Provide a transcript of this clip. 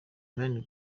van